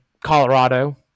Colorado